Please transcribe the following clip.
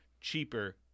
cheaper